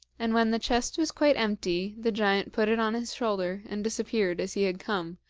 and when the chest was quite empty the giant put it on his shoulder and disappeared as he had come,